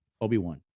Obi-Wan